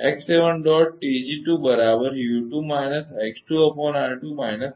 તેથી આ સમીકરણ 31 છે સમીકરણ 31